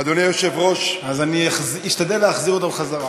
אדוני היושב-ראש, אז אני אשתדל להחזיר אותם חזרה.